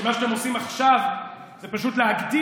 כי מה שאתם עושים עכשיו זה פשוט להגדיל,